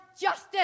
justice